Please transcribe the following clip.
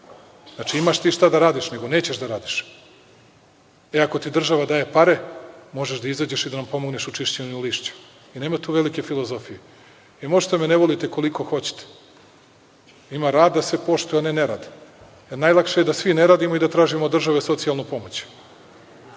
Znači, imaš ti šta da radiš, nego nećeš da radiš. E, ako ti država daje pare, možeš da izađeš i da nam pomogneš u čišćenju lišća. Nema tu velike filozofije. Vi možete da me ne volite koliko hoćete, ali ima rad da se poštuje, a ne nerad. Jer, najlakše je da svi ne radimo i da tražimo od države socijalnu